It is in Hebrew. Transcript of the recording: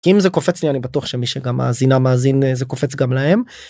אם זה קופץ לי אני בטוח שמי שגם מאזינה מאזין זה קופץ גם להם.